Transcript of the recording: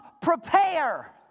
prepare